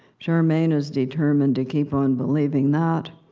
charmaine is determined to keep ah and believing that.